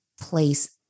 place